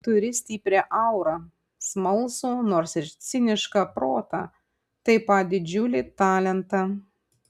turi stiprią aurą smalsų nors ir cinišką protą taip pat didžiulį talentą